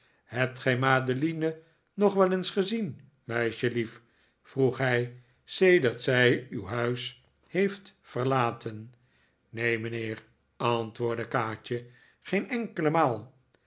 hebt gij madeline nog wel eens gezien meisjelief vroeg hij sedert zij uw huis heeft verlaten neen mijnheer antwoordde kaatje geen enkele maal